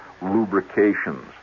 lubrications